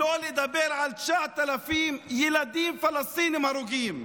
שלא לדבר על 9,000 ילדים פלסטינים הרוגים.